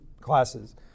classes